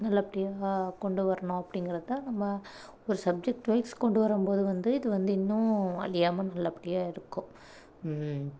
நல்ல படியாக கொண்டுவரணும் அப்படிங்கிறதான் நம்ம ஒரு சப்ஜெக்ட் வைஸ் கொண்டு வரும் போது வந்து இது வந்து இன்னும் அழியாமல் நல்லபடியாக இருக்கும்